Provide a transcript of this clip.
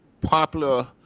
popular